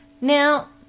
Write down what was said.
now